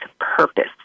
purpose